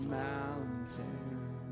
mountain